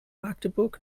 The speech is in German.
magdeburg